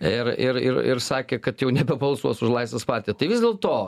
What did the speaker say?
ir ir ir ir sakė kad jau nebe balsuos už laisvės partiją tai vis dėlto